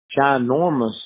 ginormous